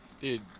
dude